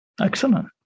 Excellent